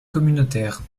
communautaire